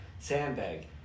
sandbag